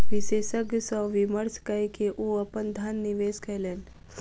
विशेषज्ञ सॅ विमर्श कय के ओ अपन धन निवेश कयलैन